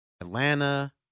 Atlanta